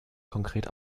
konkret